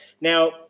Now